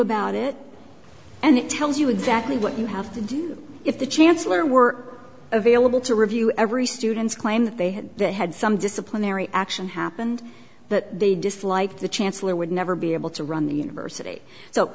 about it and it tells you exactly what you have to do if the chancellor were available to review every student's claim that they had had some disciplinary action happened that they dislike the chancellor would never be able to run the university so